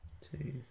Two